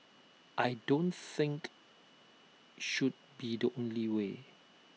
I don't think should be the only way